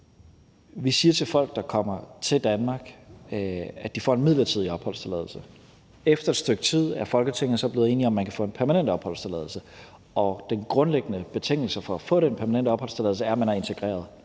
vi siger til folk, der kommer til Danmark, at de får en midlertidig opholdstilladelse. Efter et stykke tid er Folketinget så blevet enige om, at man kan få en permanent opholdstilladelse, og den grundlæggende betingelse for at få den permanente opholdstilladelse er, at man er integreret.